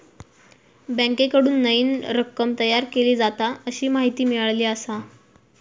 बँकेकडून नईन रक्कम तयार केली जाता, अशी माहिती मिळाली आसा